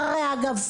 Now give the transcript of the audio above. אחריה אגב,